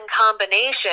combination